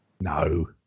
No